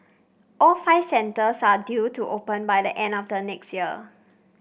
all five centres are due to open by the end of the next year